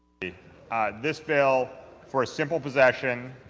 this bill for simple possession,